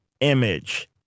image